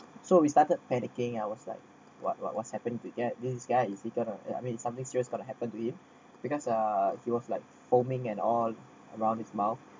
so we started panicking I was like what what what's happened to uh this guy is he going to I mean something serious going to happen to him because err he was like forming and all around his mouth